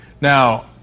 Now